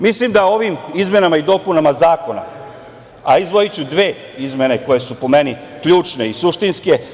Mislim da ovim izmenama i dopunama Zakona, a izdvojiću dve izmene koje su, po meni, ključne i suštinske.